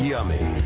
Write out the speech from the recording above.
Yummy